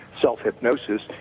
self-hypnosis